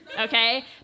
Okay